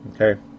Okay